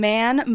Man